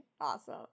awesome